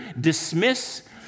dismiss